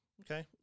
Okay